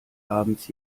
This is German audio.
abends